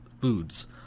Foods